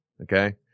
Okay